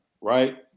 right